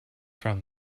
from